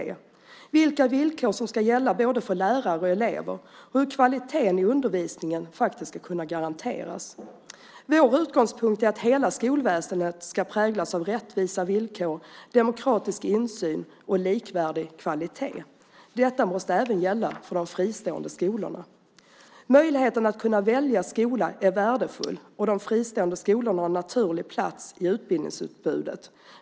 Det handlar om vilka villkor som ska gälla för både lärare och elever och om hur kvaliteten i undervisningen ska kunna garanteras. Vår utgångspunkt är att hela skolväsendet ska präglas av rättvisa villkor, demokratisk insyn och likvärdig kvalitet. Detta måste även gälla för de fristående skolorna. Möjligheten att välja skola är värdefull. De fristående skolorna har en naturlig plats i utbildningsutbudet.